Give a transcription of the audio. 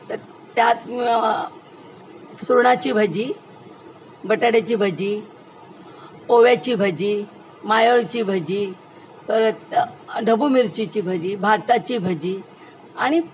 तर त्यात मग सुरणाची भजी बटाट्याची भजी ओव्याची भजी मायाळूची भजी परत ढबू मिरचीची भजी भाताची भजी आणि